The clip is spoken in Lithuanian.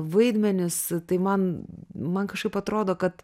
vaidmenis tai man man kažkaip atrodo kad